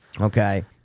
Okay